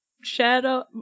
Shadow